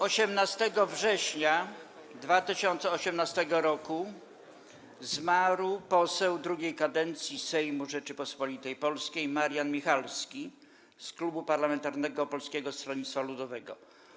18 września 2018 r. zmarł poseł II kadencji Sejmu Rzeczypospolitej Polskiej Marian Michalski z Klubu Parlamentarnego Polskiego Stronnictwa Ludowego.